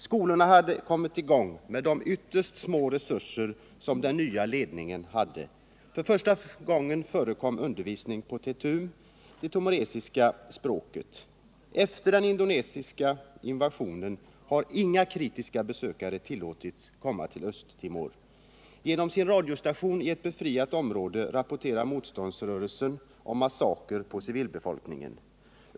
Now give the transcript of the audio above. Skolor hade kommit i gång med de ytterst små resurser den nya ledningen hade. För första gången förekom undervisning på tetum, det timoresiska språket. Efter den indonesiska invasionen har inga kritiska besökare tillåtits komma till Östra Timor. Genom sin radiostation i ett befriat område rapporterar motståndsrörelsen om massakrer på civilbefolkningen.